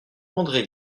andré